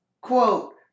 Quote